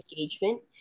engagement